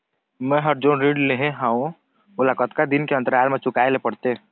मैं हर जोन ऋण लेहे हाओ ओला कतका दिन के अंतराल मा चुकाए ले पड़ते?